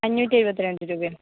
അഞ്ഞൂറ്റെഴുപത്തിരണ്ട് രൂപയോ